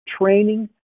training